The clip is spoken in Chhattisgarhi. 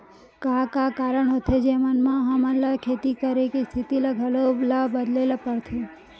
का का कारण होथे जेमन मा हमन ला खेती करे के स्तिथि ला घलो ला बदले ला पड़थे?